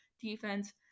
defense